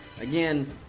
Again